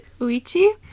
Uichi